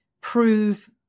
prove